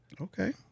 Okay